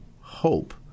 hope